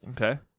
Okay